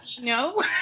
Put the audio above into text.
no